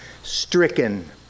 stricken